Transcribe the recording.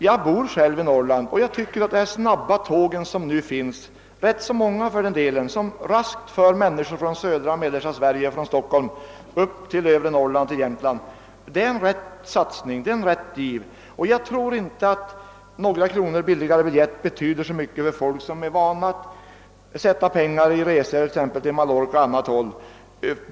Jag bor själv i Norrland och tycker att de snabba tåg som nu finns — ganska många för den delen — och som raskt för människor från södra och mellersta Sverige upp till Jämtland och övre Norrland innebär en riktig satsning. Jag tror inte att det för folk, som är vana att satsa sina pengar på exempelvis en resa till Mallorca, betyder så mycket om SJ sänker biljettpriset med några kronor.